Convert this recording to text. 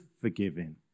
forgiving